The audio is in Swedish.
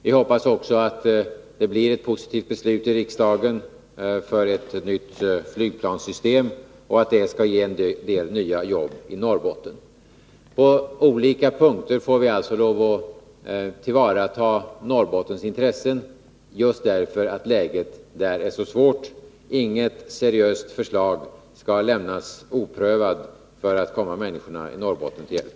Vi hoppas också att det blir ett positivt beslut i riksdagen för ett nytt flygplanssystem och att det skall ge fler nya jobb i Norrbotten. På olika punkter får vi alltså lov att tillvarata Norrbottens intressen, just därför att läget där är så svårt. Inget seriöst förslag skall lämnas oprövat för att komma människorna i Norrbotten till hjälp.